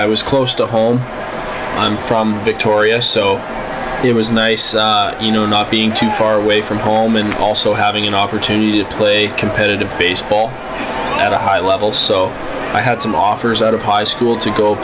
i was close to home i'm from victoria so it was nice you know not being too far away from home and also having an opportunity to play competitive baseball at a high level so i had some offers out of high school to go